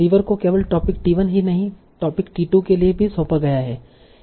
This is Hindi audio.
रिवर को केवल टोपिक टी1 ही नहीं टोपिक टी2 के लिए भी सौंपा गया है